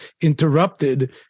interrupted